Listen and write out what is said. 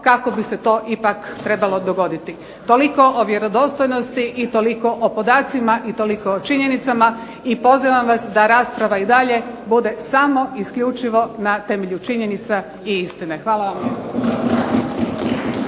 kako bi se to ipak trebalo dogoditi. Toliko o vjerodostojnosti i toliko o podacima i toliko o činjenicama i pozivam vas da rasprava i dalje bude samo i isključivo na temelju činjenica i istine. Hvala vam